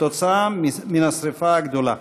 כתוצאה מהשרפה הגדולה.